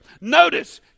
Notice